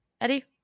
Eddie